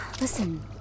Listen